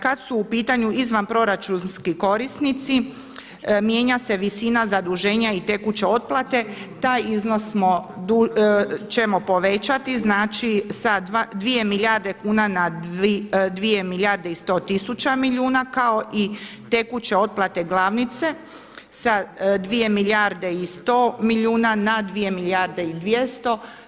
Kada su u pitanju izvanproračunski korisnici mijenja se visina zaduženja i tekuće otplate, taj iznos ćemo povećati sa 2 milijarde kune na 2 milijarde i 100 tisuća milijuna kao i tekuće otplate glavnice sa 2 milijarde i 100 milijuna na 2 milijarde i 200.